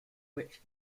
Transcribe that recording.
which